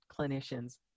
clinicians